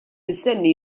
mistenni